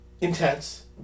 intense